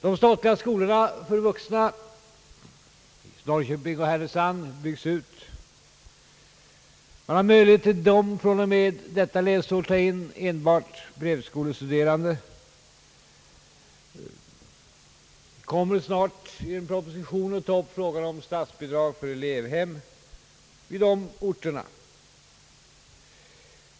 De statliga skolorna för vuxna i Norrköping och Härnösand byggs ut. Man har vid dem fr.o.m. nästa läsår möjlighet att ta emot enbart brevskolestuderande. Vi kommer snart att i en proposition ta upp frågan om statliga bidrag till elevhem i dessa städer.